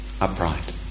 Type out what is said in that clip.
upright